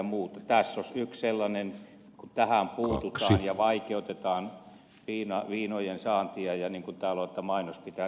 tässä olisi yksi sellainen keino kun tähän puututaan ja vaikeutetaan viinojen saantia ja niin kuin täällä on että mainostaminen pitää kieltää